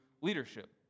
leadership